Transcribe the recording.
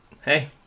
hey